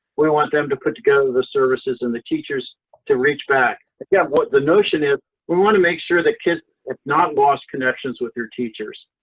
we want them to put together the services and the teachers to reach back. again, what the notion is, we want to make sure that kids have not lost connections with their teachers,